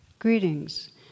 Greetings